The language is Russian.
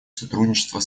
сотрудничество